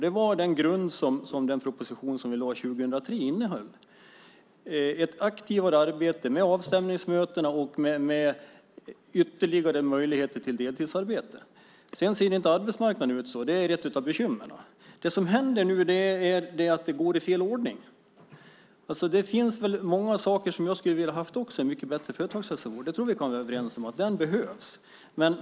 Det var också vad propositionen som lades fram 2003 innehöll, ett aktivare arbete med avstämningsmöten och ytterligare möjligheter till deltidsarbete. Sedan ser inte arbetsmarknaden ut så. Det är ett av bekymren. Det som händer nu är att saker sker i fel ordning. Det finns många saker som jag också hade velat ha, till exempel en bättre företagshälsovård. Jag tror att vi kan vara överens om att det behövs.